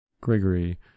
Gregory